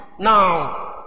Now